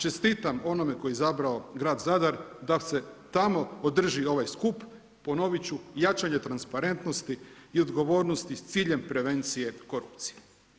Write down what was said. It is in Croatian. Čestitam onome koji je izabrao grad Zadar da se tamo održi ovaj skup, ponovit ću, Jačanje transparentnosti i odgovornosti s ciljem prevencije korupcije.